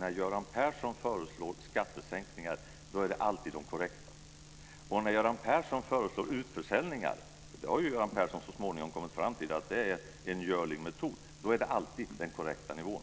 När Göran Persson föreslår skattesänkningar är det alltid korrekt. När Göran Persson föreslår utförsäljningar, för Göran Persson har ju så småningom kommit fram till att det är en görlig metod, är det alltid den korrekta nivån.